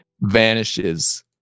vanishes